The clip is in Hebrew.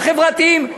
החברתיים.